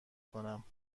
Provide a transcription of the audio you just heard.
کنم